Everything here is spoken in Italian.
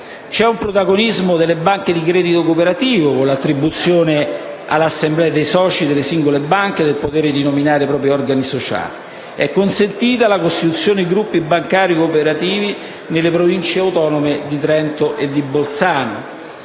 C'è un protagonismo delle banche di credito cooperativo con l'attribuzione all'assemblea dei soci delle singole banche del potere di nominare i propri organi sociali. È consentita la costituzione in gruppi bancari cooperativi nelle Province autonome di Trento e Bolzano.